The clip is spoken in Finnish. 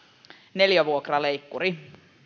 neliövuokraleikkuri